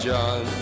John